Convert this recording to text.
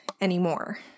anymore